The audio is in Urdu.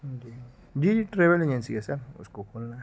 جی جی جی ٹریول ایجنسی ہے سر اس کو کھولنا ہے